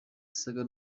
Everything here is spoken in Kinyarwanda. yasaga